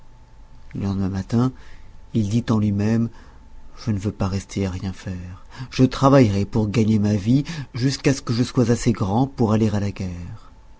le lendemain matin il dit en lui-même je ne veux pas rester à rien faire je travaillerai pour gagner ma vie jusqu'à ce que je sois assez grand pour aller à la guerre